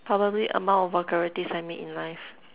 probably amount of vulgarities I made in life